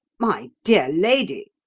my dear lady,